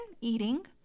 eating